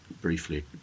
briefly